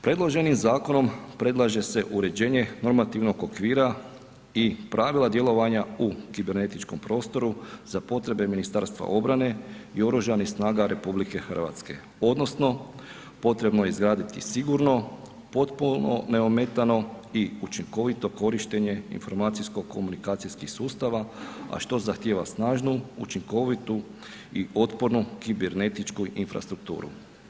Predloženim zakonom predlaže se uređenje normativnog okvira i pravila djelovanja u kibernetičkom prostoru za potrebe Ministarstva obrane i oružanih snaga RH odnosno potrebno je izgraditi sigurno, potpuno neometano i učinkovito korištenje informacijsko komunikacijskih sustava, a što zahtijeva snažnu, učinkovitu i otpornu kibernetičku infrastrukturu.